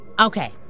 Okay